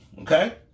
Okay